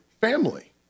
family